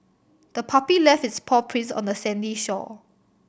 the puppy left its paw prints on the sandy shore